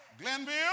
Glenville